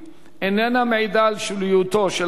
איננה מעידה על שוליותו של הנושא,